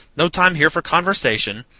no time here for conversation.